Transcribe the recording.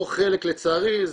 או חלק לצערי,